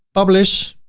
publish.